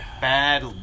bad